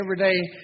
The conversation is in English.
everyday